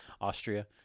austria